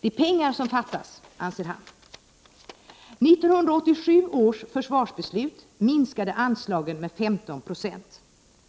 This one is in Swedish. Det är pengar som fattas, anser han. 1987 års försvarsbeslut minskade anslagen med 15 96.